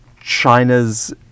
China's